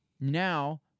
now